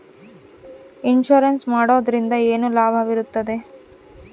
Insurance ಮಾಡೋದ್ರಿಂದ ಏನು ಲಾಭವಿರುತ್ತದೆ?